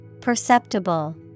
Perceptible